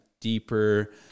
deeper